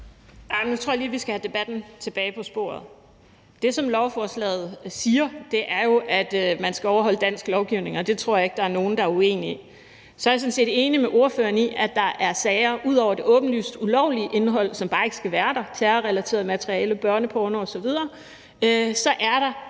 Nu tror jeg lige, at vi skal have debatten tilbage på sporet. Det, lovforslaget siger, er jo, at man skal overholde dansk lovgivning. Det tror jeg ikke der er nogen der er uenige i. Så er jeg sådan set enig med ordføreren i, at der er sager ud over dem med et åbenlyst ulovligt indhold, som bare ikke skal være der. Det er terrorrelateret materiale, børneporno osv. Så er der